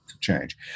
Change